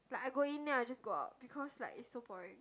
like I go in then I just go out because is like so boring